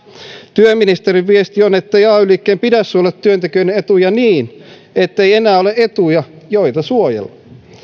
työministerin viesti on ettei ay liikkeen pidä suojella työntekijöiden etuja niin ettei enää ole etuja joita suojella